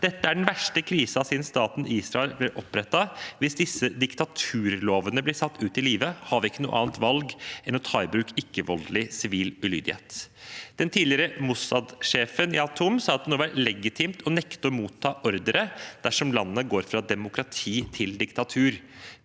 Dette er den verste krisen siden staten Israel ble opprettet. Hvis disse diktaturlovene blir satt ut i livet, har vi ikke noe annet valg enn å ta i bruk ikke-voldelig sivil ulydighet. Den tidligere Mossad-sjefen, Danny Yatom, sa at det må være legitimt å nekte å motta ordre dersom landet går fra demokrati til diktatur.